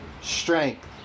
strength